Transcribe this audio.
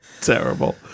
Terrible